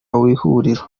w’ihuriro